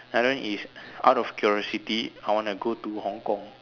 another is out of curiosity I wanna go to Hong-Kong